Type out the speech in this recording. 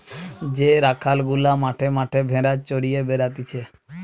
যে রাখাল গুলা মাঠে মাঠে ভেড়া চড়িয়ে বেড়াতিছে